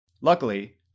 Luckily